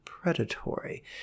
predatory